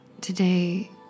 today